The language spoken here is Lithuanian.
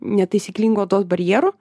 netaisyklingu odos barjeru